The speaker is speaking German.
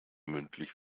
mündlich